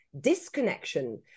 disconnection